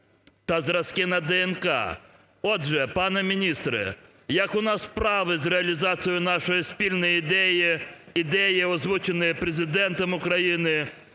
та зразки на ДНК. Отже, пан міністре, як у нас справи з реалізацією нашої спільної ідеї, ідеї, озвученої Президентом України,